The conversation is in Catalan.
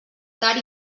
tard